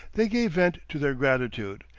they gave vent to their gratitude,